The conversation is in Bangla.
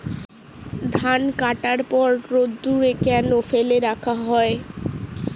ধান কাটার পর রোদ্দুরে কেন ফেলে রাখা হয়?